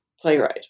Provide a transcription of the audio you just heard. playwright